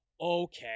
okay